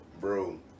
Bro